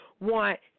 want